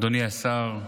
אדוני השר,